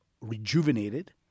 rejuvenated